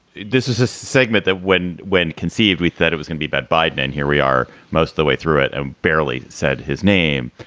this is a segment that when when conceived, we thought it was gonna be bad. biden. and here we are most of the way through it ah barely said his name.